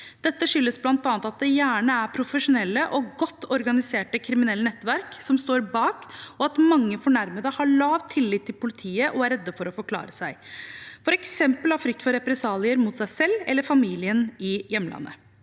Dette skyldes bl.a. at det gjerne er profesjonelle og godt organiserte kriminelle nettverk som står bak, og at mange fornærmede har lav tillit til politiet og er redde for å forklare seg, f.eks. av frykt for represalier mot seg selv eller familien i hjemlandet.